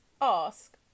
ask